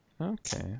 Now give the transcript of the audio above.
okay